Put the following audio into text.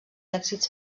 èxits